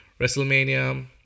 Wrestlemania